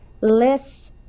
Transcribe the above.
less